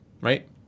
Right